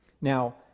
Now